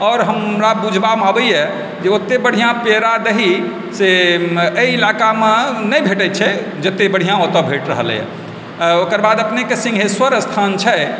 आओर हमरा बुझबामे अबैए जे ओते बढ़िआँ पेड़ा दहीसँ एहि इलाकामे नहि भेटै छै जते बढ़िआँ ओतऽ भेट रहलैए ओकर बाद अपनेके सिङ्घेश्वर स्थान छै